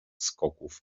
skoków